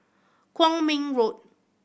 Kwong Min Road